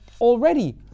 already